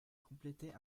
compléter